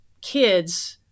kids